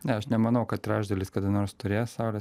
ne aš nemanau kad trečdalis kada nors turės saulės